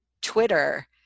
Twitter